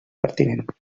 pertinent